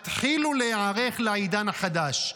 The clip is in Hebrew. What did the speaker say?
התחילו להיערך לעידן החדש,